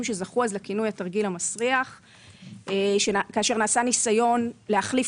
שזכו אז לכינוי התרגיל המסריח כאשר נעשה ניסיון להחליף